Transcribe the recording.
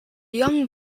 young